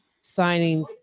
signing